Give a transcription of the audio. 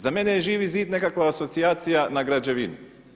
Za mene Živi zid nekakva aspocijacija na građevinu.